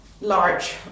large